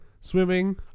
swimming